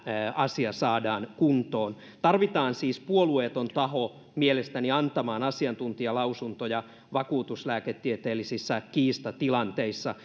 asia saadaan kuntoon tarvitaan siis puolueeton taho mielestäni antamaan asiantuntijalausuntoja vakuutuslääketieteellisissä kiistatilanteissa